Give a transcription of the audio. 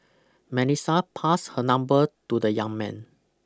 Melissa passed her number to the young man